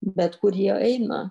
bet kur jie eina